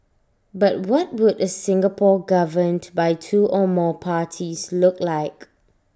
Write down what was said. but what would A Singapore governed by two or more parties look like